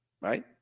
right